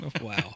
Wow